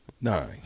nine